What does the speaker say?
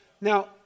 Now